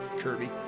Kirby